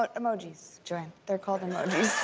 but emojis, joann, they're called and